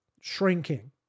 shrinking